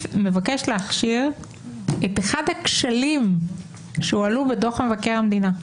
מבקש להכשיר את אחד הכשלים שהועלו בדוח מבקר המדינה,